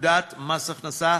לפקודת מס הכנסה,